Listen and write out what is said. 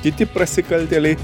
kiti prasikaltėliai